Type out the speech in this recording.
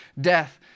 death